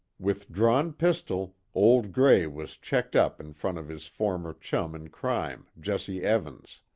with drawn pistol, old gray was checked up in front of his former chum in crime, jesse evans.